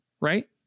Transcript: Right